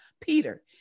Peter